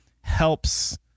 helps